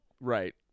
Right